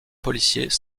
policiers